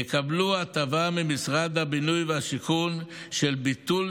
יקבלו הטבה של ביטול שכר דירה ממשרד הבינוי והשיכון בגין